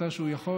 מתי שהוא יכול,